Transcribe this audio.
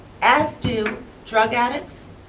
as do drug addicts,